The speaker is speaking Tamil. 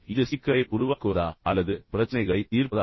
இது சிக்கலை உருவாக்குவதா அல்லது பிரச்சினைகளைத் தீர்ப்பதா